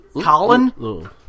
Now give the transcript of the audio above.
Colin